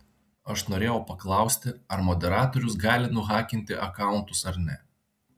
aš norėjau paklausti ar moderatorius gali nuhakinti akauntus ar ne